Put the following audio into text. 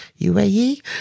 UAE